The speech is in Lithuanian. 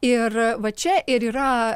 ir va čia ir yra